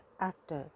Actors